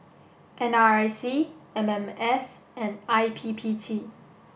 N R I C M M S and I P P T